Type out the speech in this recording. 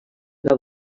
grau